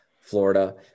Florida